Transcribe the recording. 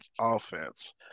offense